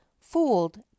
fooled